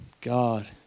God